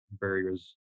barriers